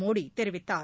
மோடி தெரிவித்தார்